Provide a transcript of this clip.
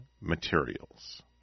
materials